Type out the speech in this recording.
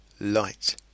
light